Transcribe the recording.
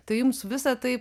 tai jums visa tai